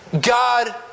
God